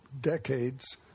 decades